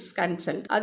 cancelled